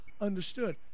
understood